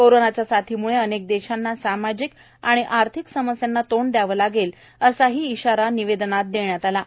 कोरोनाच्या साथीम्ळे अनेक देशांना सामाजिक आर्थिक समस्यांना तोंड द्यावं लागेल असाही इशारा या निवेदनात दिला आहे